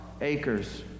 acres